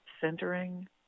centering